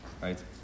right